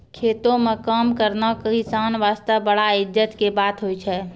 खेतों म काम करना किसान वास्तॅ बड़ा इज्जत के बात होय छै